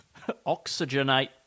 Oxygenate